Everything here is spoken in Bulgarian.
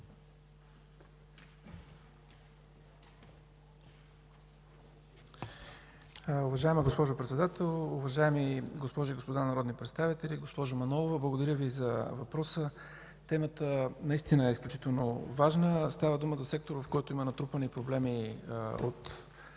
Уважаема госпожо Председател, уважаеми госпожи и господа народни представители! Госпожо Манолова, благодаря Ви за въпроса. Темата наистина е изключително важна. Става дума за сектор, в който има натрупани проблеми от